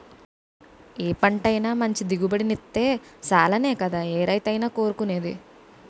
ఏ పంటైనా మంచి దిగుబడినిత్తే సాలనే కదా ఏ రైతైనా కోరుకునేది?